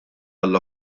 għall